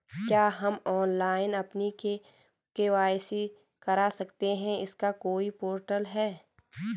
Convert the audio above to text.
क्या हम ऑनलाइन अपनी के.वाई.सी करा सकते हैं इसका कोई पोर्टल है?